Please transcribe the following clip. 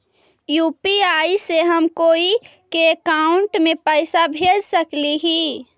UPI से हम कोई के अकाउंट में पैसा भेज सकली ही?